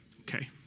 Okay